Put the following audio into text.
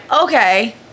okay